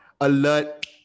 alert